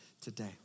today